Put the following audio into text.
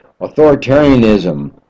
authoritarianism